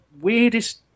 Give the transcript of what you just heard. weirdest